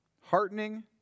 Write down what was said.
heartening